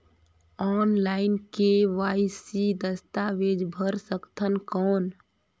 Online KYC दस्तावेज भर सकथन कौन?